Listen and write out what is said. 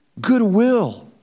goodwill